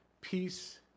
peace